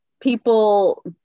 people